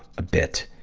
a bit.